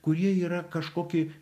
kurie yra kažkokie